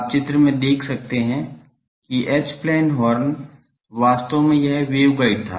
आप चित्र में देख सकते हैं कि एच प्लेन हॉर्न वास्तव में यह वेवगाइड था